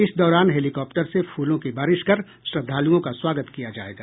इस दौरान हेल्किॉप्टर से फूलों की बारिश कर श्रद्धालुओं का स्वागत किया जायेगा